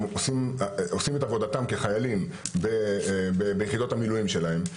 עושים את עבודתם כחיילים ביחידות המילואים שלהם,